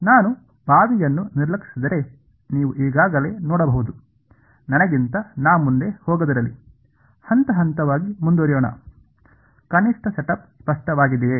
ನಾನು ಬಾವಿಯನ್ನು ನಿರ್ಲಕ್ಷಿಸಿದರೆ ನೀವು ಈಗಾಗಲೇ ನೋಡಬಹುದು ನನಗಿಂತ ನಾ ಮುಂದೆ ಹೋಗದಿರಲಿ ಹಂತ ಹಂತವಾಗಿ ಮುಂದುವರಿಯೋಣ ಕನಿಷ್ಠ ಸೆಟಪ್ ಸ್ಪಷ್ಟವಾಗಿದೆಯೇ